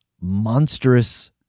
monstrous